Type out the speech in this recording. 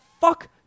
fuck